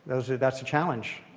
that's the challenge.